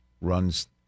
runs